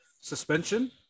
suspension